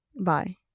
Bye